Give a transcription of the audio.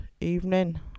Evening